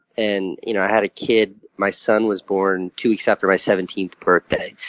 and you know i had a kid. my son was born two weeks after my seventeenth birthday.